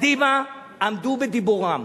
אז אם קדימה היא הטוב, קדימה עמדו בדיבורם,